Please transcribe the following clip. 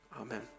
Amen